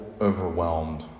overwhelmed